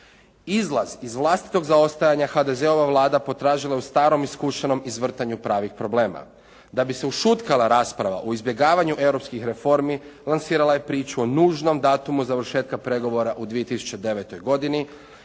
Izlaz iz vlastitog zaostajanja HDZ-ova Vlada potražila je u starom iskušanom izvrtanju pravih problema. Da bi se ušutkala rasprava o izbjegavanju europskih reformi lansirala je priču o nužnom datumu završetka pregovora u 2009. godini